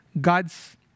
God's